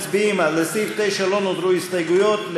לסעיף 9 לא נותרו הסתייגויות,